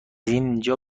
اینجا